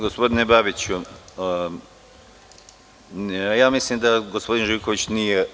Gospodine Babiću, mislim da gospodin Živković nije.